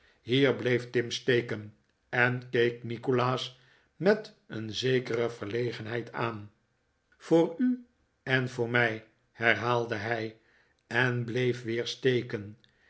hier bleef tim steken en keek nikolaas met een zekere verlegenheid aan voor u en voor mij herhaalde hij en bleef weer steken